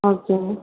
okay